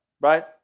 right